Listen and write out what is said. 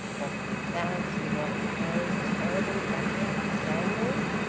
what with that! and what with those terrible baccarat scandals.